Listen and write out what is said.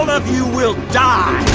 of you will die.